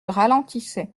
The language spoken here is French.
ralentissait